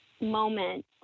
moment